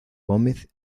gómez